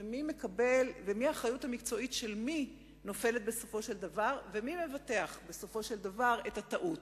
על מי נופלת האחריות המקצועית ומי מבטח בסופו של דבר את הטעות.